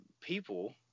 people